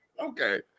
okay